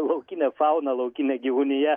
laukinė fauna laukinė gyvūnija